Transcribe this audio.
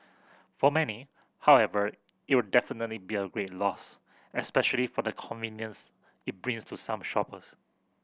for many however it will definitely be a great loss especially for the convenience it brings to some shoppers